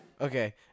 Okay